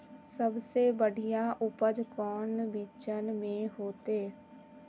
सबसे बढ़िया उपज कौन बिचन में होते?